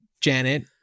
Janet